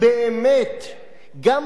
גם בהיעדר חוקה,